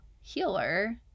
healer